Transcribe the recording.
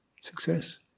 success